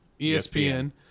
ESPN